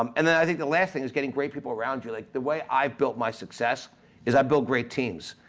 um and then i think the last thing is getting great people around you. like the way i built my success is i build great teams,